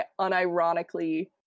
unironically